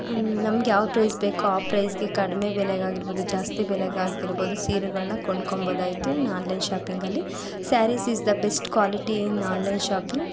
ನಮ್ಗ್ಯಾವ price ಬೇಕೋ ಆ ಪ್ರೈಸ್ಗೆ ಕಡಿಮೆ ಬೆಲೆಗಾಗಿರ್ಬೋದು ಜಾಸ್ತಿ ಬೆಲೆಗಾಗಿರ್ಬೋದು ಸೀರೆಗಳನ್ನ ಕೊಂಡ್ಕೊಮ್ಬೌದಾಗಿತ್ತು ಇನ್ ಆನ್ಲೈನ್ ಶಾಪಿಂಗಲ್ಲಿ sarees is the best quality in online shopping